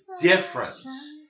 difference